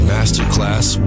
Masterclass